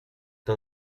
the